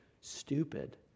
stupid